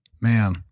man